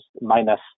minus